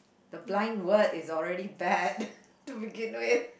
the blind word is already bad to begin with